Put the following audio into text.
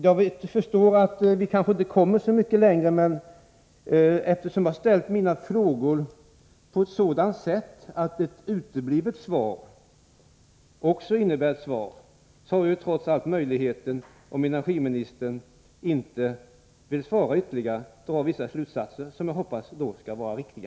Jag förstår att vi inte kommer så mycket längre, men eftersom jag har ställt mina frågor på ett sådant sätt att ett uteblivet svar också innebär ett svar, har jag möjlighet att, om energiministern inte vill svara ytterligare, dra vissa slutsatser som jag hoppas skall vara riktiga.